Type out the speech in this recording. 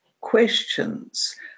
questions